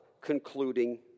concluding